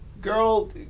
Girl